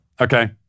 okay